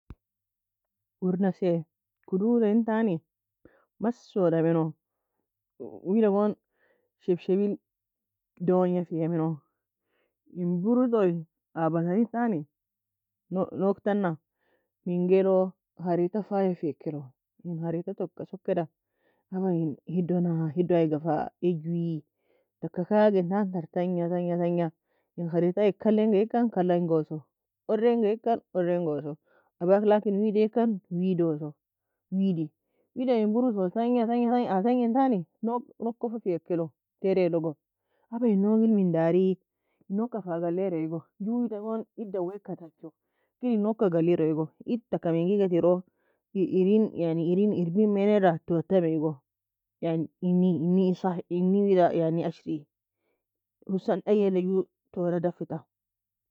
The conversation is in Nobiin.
Oure nessie, kodoka en tanie, massoda meno, wida goon shebshepil donga fie. In bouro toy a bateri ntani nog tana menga elou? خريطة faya feeik eloi, خريطةtouka sokeda ab en hedona hedou aiga fa agoo? Taka kagie entan ter tanga tanga, en خريطة kalle engaie ekan kallengossie, orengei ekan, orengosie, abak laken wedie eken weadosso weadi. Wida in bouro tanga tangie tani, noug kofa fiaika eka elow terie logo, aba in nogeil men darie? Nog ka fa galleri ego. Goo weda goon ed dawieaka tacho, kir in nouge ka galerie ego. Eid taka menga egue terou? Eren erbare manela tour tamei egoo en in صحي eni weda ashri. Hossan aey ella goo touradafie tam.